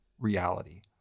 Reality